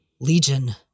Legion